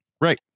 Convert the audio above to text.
Right